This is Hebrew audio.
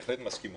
בהחלט מסכימות.